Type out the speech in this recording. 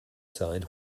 signed